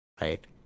right